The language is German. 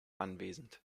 anwesend